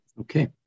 Okay